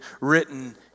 written